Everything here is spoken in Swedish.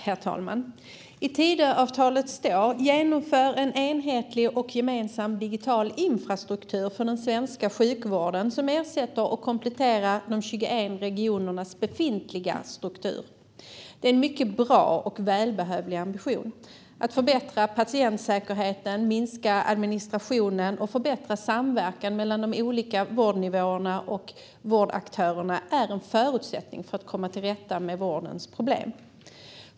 Herr talman! I Tidöavtalet står följande: "Genomför en enhetlig och gemensam digital infrastruktur för den svenska sjukvården som ersätter och kompletterar de 21 regionernas befintliga infrastruktur." Det är en mycket bra och välbehövlig ambition. Att förbättra patientsäkerheten, minska administrationen och förbättra samverkan mellan de olika vårdnivåerna och vårdaktörerna är en förutsättning för att komma till rätta med vårdens problem.